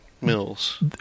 Mills